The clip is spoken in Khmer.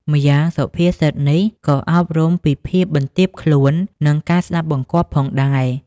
ម្យ៉ាងសុភាសិតនេះក៏អប់រំពីភាពបន្ទាបខ្លួន និងការស្តាប់បង្គាប់ផងដែរ។